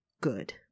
good